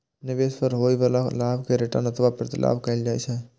निवेश पर होइ बला लाभ कें रिटर्न अथवा प्रतिलाभ कहल जाइ छै